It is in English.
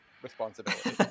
Responsibility